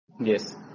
Yes